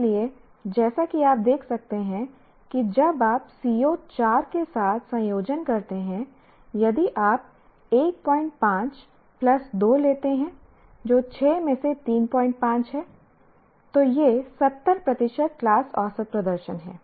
इसलिए जैसा कि आप देख सकते हैं कि जब आप CO 4 के साथ संयोजन करते हैं यदि आप 15 प्लस 2 लेते हैं जो 6 में से 35 है तो यह 70 प्रतिशत क्लास औसत प्रदर्शन है